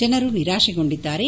ಜನರು ನಿರಾಶೆಗೊಂಡಿದ್ದಾರೆ